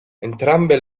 entrambe